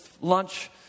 lunch